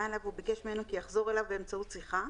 אליו וביקש ממנו כי יחזור אליו באמצעות שיחה;